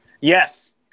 Yes